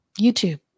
youtube